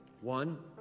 One